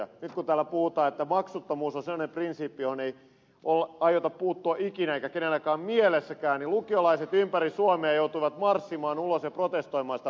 nyt kun täällä puhutaan että maksuttomuus on sellainen prinsiippi johon ei aiota puuttua ikinä eikä kenelläkään se ole mielessäkään niin lukiolaiset ympäri suomea joutuivat marssimaan ulos ja protestoimaan sitä vastaan